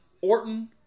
Orton